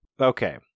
okay